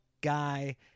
guy